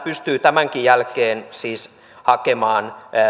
pystyy tämänkin jälkeen siis hakemaan